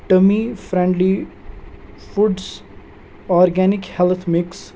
tummy friendly foods organic health mix